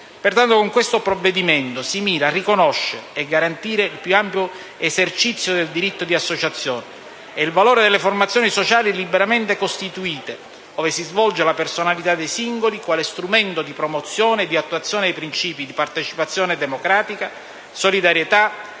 Pertanto, con questo provvedimento si mira a riconoscere e garantire il più ampio esercizio del diritto di associazione e il valore delle formazioni sociali liberamente costituite, ove si svolge la personalità dei singoli, quale strumento di promozione e di attuazione dei principi di partecipazione democratica, solidarietà,